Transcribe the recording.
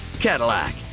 Cadillac